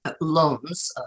loans